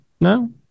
No